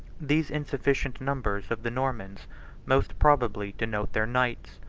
these insufficient numbers of the normans most probably denote their knights,